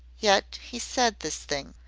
yet he said this thing.